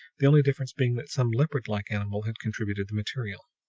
the only difference being that some leopardlike animal had contributed the material.